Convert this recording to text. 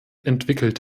entwickelt